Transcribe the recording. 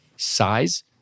size